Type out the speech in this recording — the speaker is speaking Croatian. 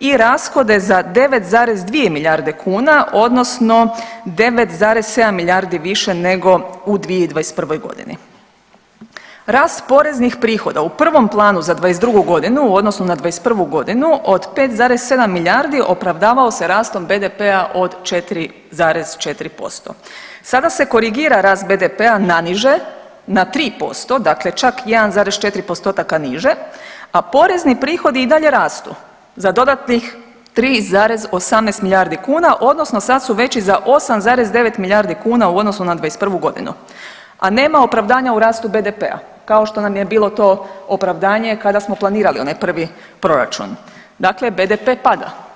i rashode za 9,2 milijarde kuna odnosno 9,7 milijardi više nego u 2021.g. Rast poreznih prihoda u prvom planu za '22.g. u odnosu na '21.g. od 5,7 milijardi opravdavao se rastom BDP-a od 4,4%. sada se korigira rast BDP-a na niže na 3% dakle čak 1,4 postotaka niže, a porezni prihodi i dalje rastu za dodatnih 3,18 milijardi kuna odnosno sad su veći za 8,9 milijardi kuna u odnosu na '21.g., a nema opravdanja u rastu BDP-a kao što nam je bilo to opravdanje kada smo planirali onaj prvi proračun, dakle BDP pada.